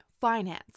Finance